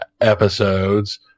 episodes